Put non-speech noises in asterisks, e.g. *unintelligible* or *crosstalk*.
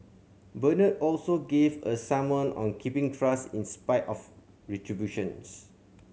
Bernard also gave a sermon on keeping trust in spite of *unintelligible*